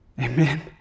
Amen